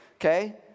okay